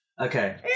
Okay